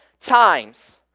times